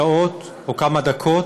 שעות, או כמה דקות.